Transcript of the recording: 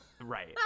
Right